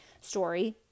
story